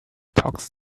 talks